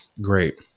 great